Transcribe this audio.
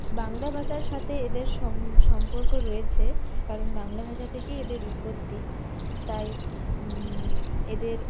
বাংলা ভাষার সাথে এদের সম্পর্ক রয়েছে কারণ বাংলা ভাষা থেকেই এদের উৎপত্তি তাই এদের